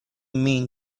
mean